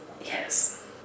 Yes